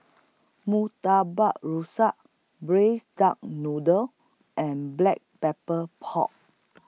Murtabak Rusa Braised Duck Noodle and Black Pepper Pork